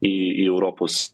į į europos